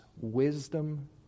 wisdom